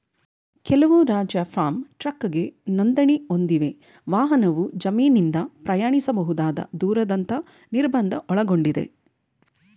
ಕೆಲವು ರಾಜ್ಯ ಫಾರ್ಮ್ ಟ್ರಕ್ಗೆ ನೋಂದಣಿ ಹೊಂದಿವೆ ವಾಹನವು ಜಮೀನಿಂದ ಪ್ರಯಾಣಿಸಬಹುದಾದ ದೂರದಂತ ನಿರ್ಬಂಧ ಒಳಗೊಂಡಿದೆ